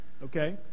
Okay